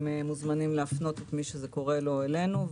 מוזמנים להפנות את מי שזה קורה לו אלינו.